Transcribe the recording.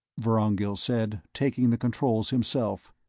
vorongil said, taking the controls himself.